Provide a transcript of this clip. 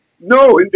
No